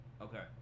Okay